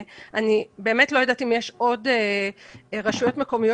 אני באמת לא יודעת אם יש עוד רשויות מקומיות